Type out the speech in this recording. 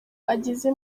ageze